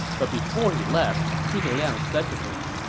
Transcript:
but before he left, zhuge liang said to him,